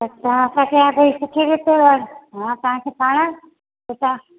अच्छा सोचां पई पुछि ॾिसो हा तव्हांखे ठाहिराए पुछां